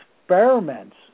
experiments